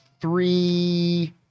three